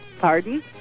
Pardon